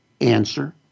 answer